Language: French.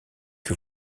que